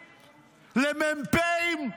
למ"פים,